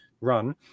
run